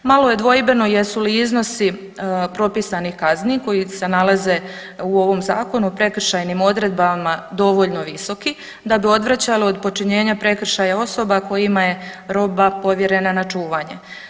Malo je dvojbeno jesu li iznosi propisanih kazni koji se nalaze u ovom Zakonu prekršajnim odredbama dovoljno visoki da bi odvraćale od počinjenja prekršaja osoba kojima je roba povjerena na čuvanje.